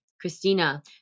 Christina